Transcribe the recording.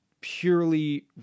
purely